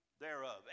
thereof